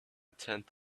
tenth